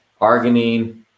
Arginine